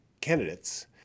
candidates